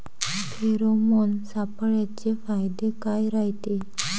Pheromone सापळ्याचे फायदे काय रायते?